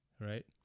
right